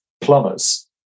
plumbers